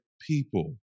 people